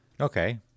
Okay